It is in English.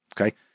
Okay